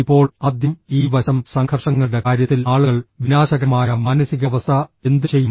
ഇപ്പോൾ ആദ്യം ഈ വശം സംഘർഷങ്ങളുടെ കാര്യത്തിൽ ആളുകൾ വിനാശകരമായ മാനസികാവസ്ഥ എന്തുചെയ്യും